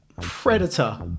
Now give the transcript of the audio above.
Predator